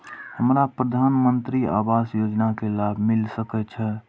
हमरा प्रधानमंत्री आवास योजना के लाभ मिल सके छे?